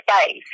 space